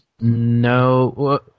No